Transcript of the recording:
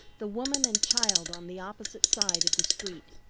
the woman and child on the opposite side of the street.